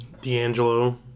D'Angelo